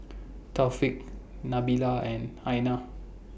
Taufik Nabila and Aina